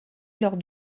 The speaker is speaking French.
lors